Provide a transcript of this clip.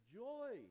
joy